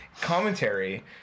commentary